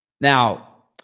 Now